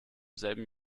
selben